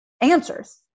answers